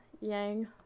Yang